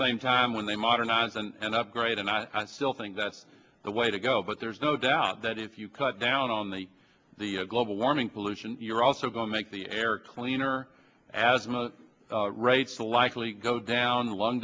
same time when they modernize and upgrade and i still think that's the way to go but there's no doubt that if you cut down on the global warming pollution you're also going make the air cleaner asthma rates will likely go down lung